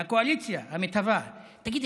מהקואליציה המתהווה: תגיד לי,